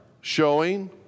showing